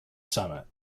summit